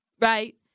right